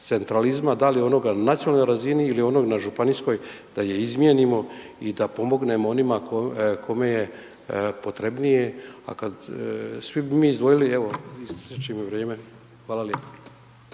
centralizma, da li onoga na nacionalnoj razini ili onoga na županijskoj da ju izmijenimo i da pomognemo onima kome je potrebnije, a kad, svi bi mi izdvojili evo …/Upadica: Ističe vam vrijeme./ Hvala lijepo.